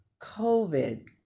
COVID